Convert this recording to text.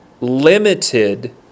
limited